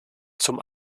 zum